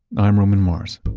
i'm roman mars